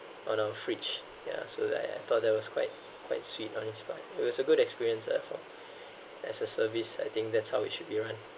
on our fridge ya so that I thought that was quite quite sweet and nice part it was a good experience therefore as a service I think that's how it should be run